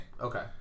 Okay